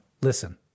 Listen